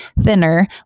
thinner